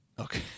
Okay